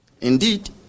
Indeed